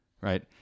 right